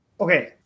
okay